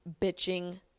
bitching